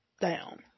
down